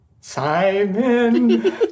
Simon